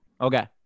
okay